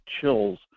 chills